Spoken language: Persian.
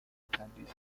تندیس